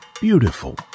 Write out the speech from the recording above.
Beautiful